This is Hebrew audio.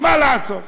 מה לעשות,